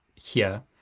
here.